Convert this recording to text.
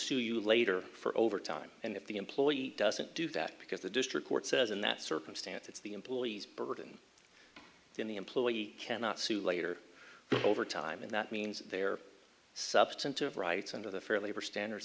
sue you later for overtime and if the employee doesn't do that because the district court says in that circumstance it's the employee's burden then the employee cannot sue later over time and that means their substantive rights under the fair labor standards